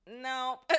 no